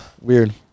Weird